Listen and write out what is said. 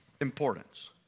importance